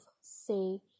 say